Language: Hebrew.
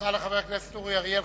תודה רבה לחבר הכנסת אורי אריאל.